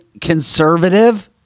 conservative